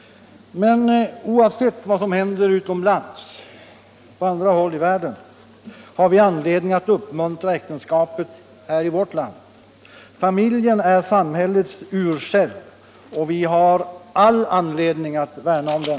Men oavsett vad som hänt på andra håll i världen har vi skäl att uppmuntra äktenskapet här i vårt land. Familjen är samhällets urcell, och vi har all anledning att värna om den.